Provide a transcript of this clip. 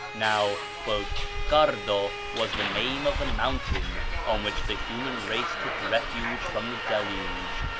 now cardo was the name of the mountain on which the human race took refuge from the deluge.